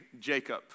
Jacob